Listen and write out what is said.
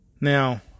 Now